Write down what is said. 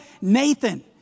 Nathan